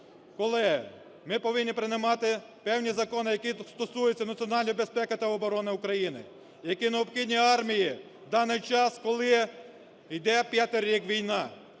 колеги. Ми повинні приймати певні закони, які стосуються національної безпеки та оборони України, які необхідні армії в даний час, коли йде п'ятий рік війна.